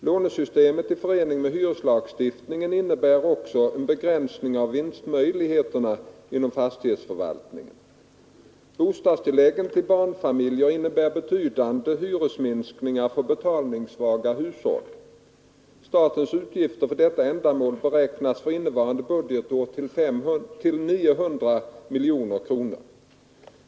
Lånesystemet i förening med hyreslagstiftningen innebär också en begränsning av vinstmöjligheterna inom fastighetsförvaltningen. Bostadstilläggen till barnfamiljer innebär betydande hyresminskningar för betalningssvaga hushåll. Statens utgifter för detta ändamål beräknas för innevarande budgetår till 900 miljoner kronor.